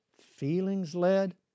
feelings-led